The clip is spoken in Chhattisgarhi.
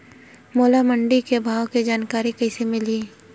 मोला मंडी के भाव के जानकारी कइसे मिलही?